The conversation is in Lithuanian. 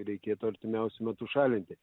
reikėtų artimiausiu metu šalinti